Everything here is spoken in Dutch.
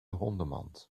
hondenmand